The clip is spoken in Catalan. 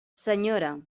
senyora